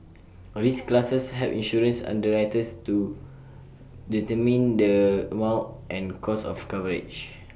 risk classes help insurance underwriters to determine the amount and cost of coverage